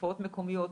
תופעות מקומיות,